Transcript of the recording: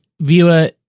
viewer